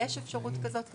יש אפשרות כזאת לשר,